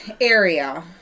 area